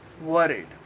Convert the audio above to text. Worried